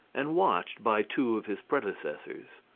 and watched by two of his predecessors.